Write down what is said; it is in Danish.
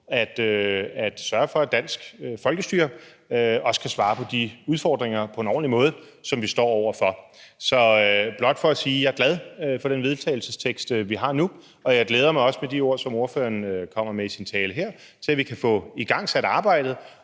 at sørge for, at det danske folkestyre også kan håndtere de udfordringer, vi står over for, på en ordentlig måde. Det er blot for at sige, at jeg er glad for den vedtagelsestekst, vi har nu, og jeg glæder mig også med de ord, som ordføreren kommer med i sin tale her, til, at vi kan få igangsat arbejdet